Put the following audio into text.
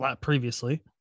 previously